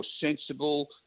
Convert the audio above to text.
sensible